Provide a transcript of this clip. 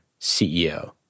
CEO